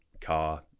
car